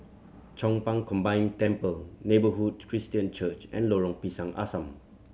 Chong Pang Combined Temple Neighbourhood Christian Church and Lorong Pisang Asam